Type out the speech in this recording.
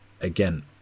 Again